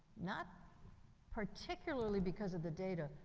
not particularly because of the data,